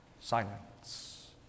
silence